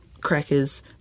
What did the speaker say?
Crackers